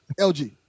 LG